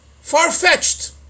far-fetched